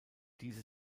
diese